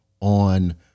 on